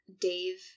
Dave